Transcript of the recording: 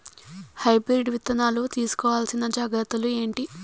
Hybrid విత్తనాలు తీసుకోవాల్సిన జాగ్రత్తలు ఏంటి?